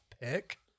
pick